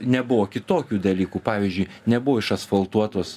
nebuvo kitokių dalykų pavyzdžiui nebuvo išasfaltuotos